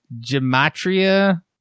Gematria